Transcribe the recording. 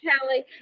Kelly